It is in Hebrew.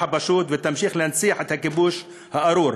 הפשוט ותמשיך להנציח את הכיבוש הארור?